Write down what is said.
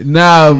now